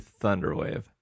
Thunderwave